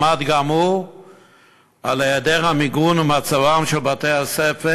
עמד גם הוא על היעדר המיגון ומצבם של בתי-הספר,